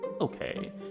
okay